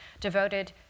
devoted